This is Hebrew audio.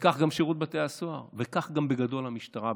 וכך גם שירות בתי הסוהר, וכך גם בגדול המשטרה.